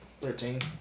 Thirteen